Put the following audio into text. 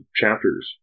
chapters